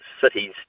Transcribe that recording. cities